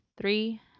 Three